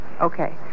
Okay